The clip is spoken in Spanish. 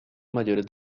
mayores